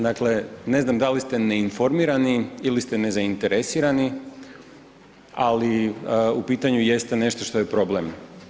Dakle, ne znam da li ste neinformirani ili ste nezainteresirani, ali u pitanju jeste nešto što je problem.